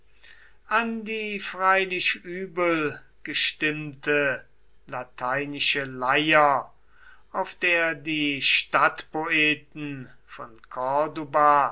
an die freilich übelgestimmte lateinische leier auf der die stadtpoeten von